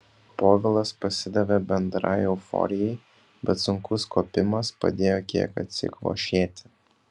povilas pasidavė bendrai euforijai bet sunkus kopimas padėjo kiek atsikvošėti